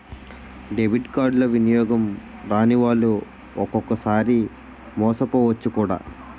debit కార్డులు వినియోగం రానివాళ్లు ఒక్కొక్కసారి మోసపోవచ్చు కూడా